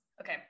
okay